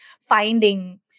finding